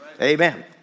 Amen